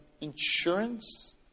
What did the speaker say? Insurance